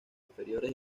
inferiores